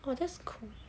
!wah! that's cool